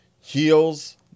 heels